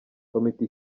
komite